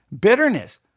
bitterness